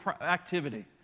activity